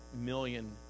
million